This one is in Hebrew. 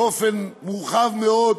באופן מורחב מאוד,